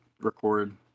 record